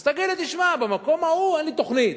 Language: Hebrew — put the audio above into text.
אז תגיד לי: תשמע, במקום ההוא אין לי תוכנית.